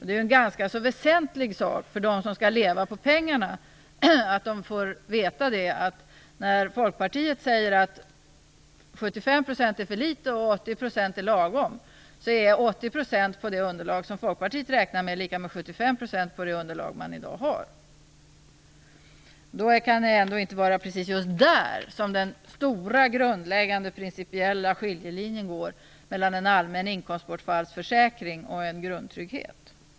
Det är ju ganska väsentligt för dem som skall leva på pengarna att de får veta att när Folkpartiet säger att 75 % är för litet och 80 % är lagom, så är 80 % på det underlag som Folkpartiet räknar med lika med 75 % på dagens underlag. Det kan ju ändå inte vara precis där den stora och grundläggande principiella skiljelinjen går mellan en allmän inkomstbortfallsförsäkring och en grundtrygghet.